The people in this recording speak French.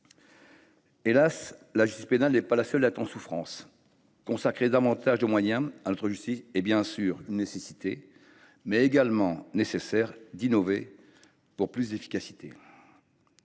Hélas, la justice pénale n’est pas la seule à être en souffrance. Consacrer davantage de moyens à notre justice est bien sûr une nécessité, mais il est également nécessaire d’innover pour plus d’efficacité.